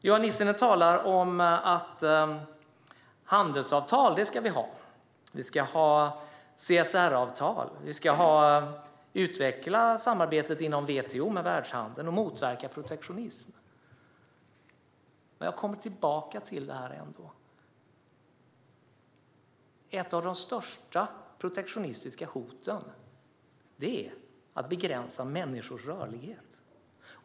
Johan Nissinen talar om att handelsavtal ska vi ha. Vi ska ha CSR-avtal, och vi ska utveckla samarbetet inom WTO med världshandeln och motverka protektionism. Men jag kommer ändå tillbaka till detta att ett av de största protektionistiska hoten är att begränsa människors rörlighet.